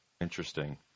interesting